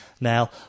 Now